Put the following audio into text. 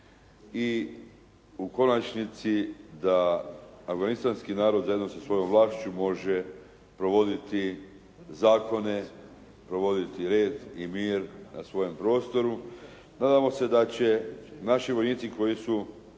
i u konačnici da afganistanski narod zajedno sa svojom vlašću može provoditi zakone, provoditi red i mir na svojem prostoru. Nadamo se da će naši vojnici koji su